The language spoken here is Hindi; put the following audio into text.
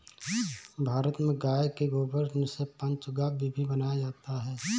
भारत में गाय के गोबर से पंचगव्य भी बनाया जाता है